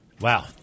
Wow